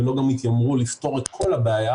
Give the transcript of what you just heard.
וגם לא התיימרו לפתור את כל הבעיה,